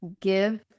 give